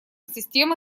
системы